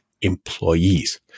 employees